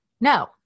No